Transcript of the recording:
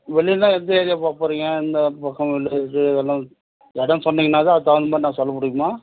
வெளியனா எந்த ஏரியா பார்க்க போகிறீங்க இந்த பக்கம் இது இடம் இடம் சொன்னிங்கன்னால் தான் அதுக்கு தகுந்த மாதிரி நான் சொல்ல முடியும்மா